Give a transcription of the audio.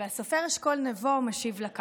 והסופר אשכול נבו משיב לה ככה: